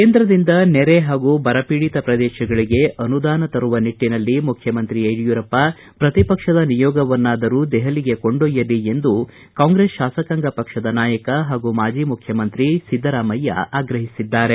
ಕೇಂದ್ರದಿಂದ ನೆರೆ ಹಾಗೂ ಬರಪೀಡಿತ ಪ್ರದೇಶಗಳಿಗೆ ಅನುದಾನ ತರುವ ನಿಟ್ಟನಲ್ಲಿ ಮುಖ್ಯಮಂತ್ರಿ ಯಡಿಯೂರಪ್ಪ ಪ್ರತಿಪಕ್ಷದ ನಿಯೋಗವನ್ನಾದರೂ ದೆಹಲಿಗೆ ಕೊಂಡೊಯ್ಲಲಿ ಎಂದು ಕಾಂಗ್ರೆಸ್ ಶಾಸಕಾಂಗ ಪಕ್ಷದ ನಾಯಕ ಹಾಗೂ ಮಾಜಿ ಮುಖ್ಯಮಂತ್ರಿ ಸಿದ್ದರಾಮಯ್ಯ ಆಗ್ರಹಿಸಿದ್ದಾರೆ